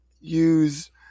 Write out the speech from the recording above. use